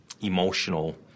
emotional